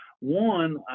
One